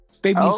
Baby